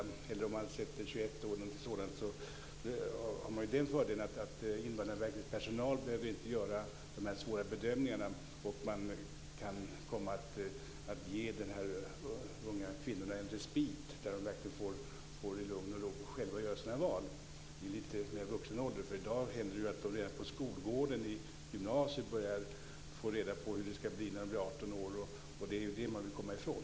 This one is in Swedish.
I så fall har man löst problemet till en del, och man har fördelen att Invandrarverkets personal inte behöver göra de här svåra bedömningarna. Man kan komma att ge de här unga kvinnorna en respit, så att de verkligen i lugn och ro själva får göra sina val i lite mer vuxen ålder. I dag händer det ju att de redan på skolgården i gymnasiet börjar få reda på hur det ska bli när de blir 18 år. Det är detta som man vill komma ifrån.